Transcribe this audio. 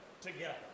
together